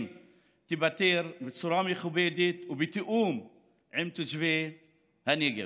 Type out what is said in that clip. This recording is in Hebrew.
תיפתר בצורה מכובדת ובתיאום עם תושבי הנגב.